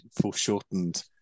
foreshortened